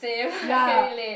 ya